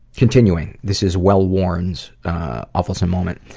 continuing. this is well-worn's awefulsome moment